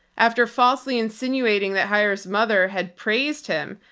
after falsely insinuating that heyer's mother had praised him,